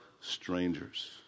strangers